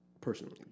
personally